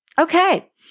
Okay